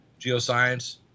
geoscience